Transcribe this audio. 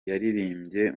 yaririmbye